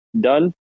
done